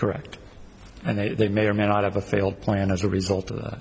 correct and they may or may not have a failed plan as a result of that